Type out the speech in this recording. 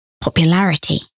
popularity